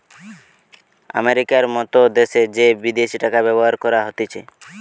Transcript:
আমেরিকার মত দ্যাশে যে বিদেশি টাকা ব্যবহার করা হতিছে